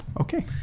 Okay